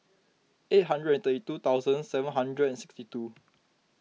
eight hundred and thirty two thousand seven hundred and sixty two